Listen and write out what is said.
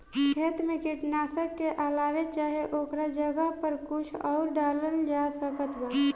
खेत मे कीटनाशक के अलावे चाहे ओकरा जगह पर कुछ आउर डालल जा सकत बा?